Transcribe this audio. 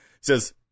says